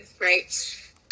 right